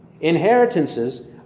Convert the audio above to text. Inheritances